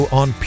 on